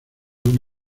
una